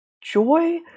joy